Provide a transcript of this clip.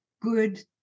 good